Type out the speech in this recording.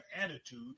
attitude